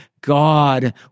God